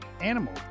animal